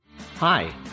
Hi